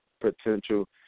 potential